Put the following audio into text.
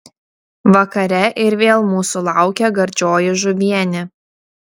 vakare ir vėl mūsų laukė gardžioji žuvienė